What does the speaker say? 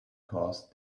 caused